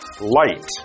light